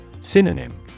Synonym